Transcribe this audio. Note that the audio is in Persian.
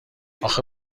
آخه